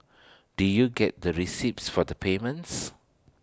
do you get the receipts for the payments